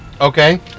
okay